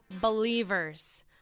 believers